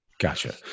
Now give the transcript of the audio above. Gotcha